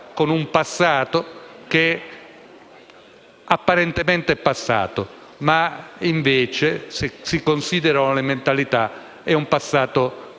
con un passato che apparentemente è passato ma che invece, se si considerano le mentalità, è un passato che non